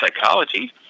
psychology